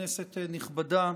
נכבדה,